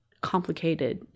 complicated